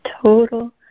total